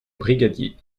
brigadier